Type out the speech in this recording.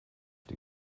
die